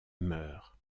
meurt